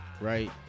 right